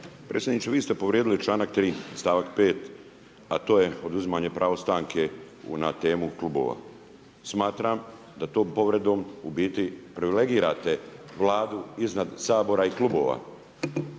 Predsjedniče vi ste povrijedili čl. 3. stavak 5 a to je oduzimanje pravo stanke na temu klubova. Smatram da tom povredom u biti privilegirate Vladu iznad Sabora i klubova.